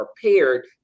prepared